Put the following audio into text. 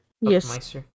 Yes